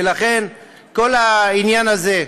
ולכן, כל העניין הזה,